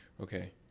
Okay